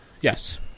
Yes